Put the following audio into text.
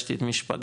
פגשתי את מי שפגשתי,